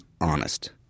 honest